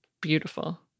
Beautiful